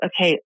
okay